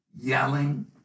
yelling